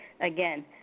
Again